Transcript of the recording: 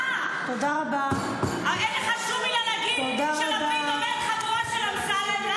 אבל אין לך שום מילה להגיד על זה שלפיד אומר "חבורה של אמסלם"?